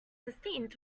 sustained